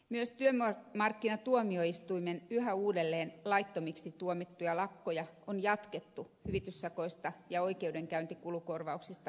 myös työmark kinatuomioistuimen yhä uudelleen laittomiksi tuomitsemia lakkoja on jatkettu hyvityssakoista ja oikeudenkäyntikulukorvauksista huolimatta